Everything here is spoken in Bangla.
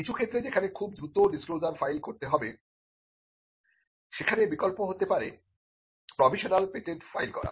কিছু ক্ষেত্রে যেখানে খুব দ্রুত ডিসক্লোজার ফাইল করতে হবে সেখানে বিকল্প হতে পারে প্রভিশনাল পেটেন্ট ফাইল করা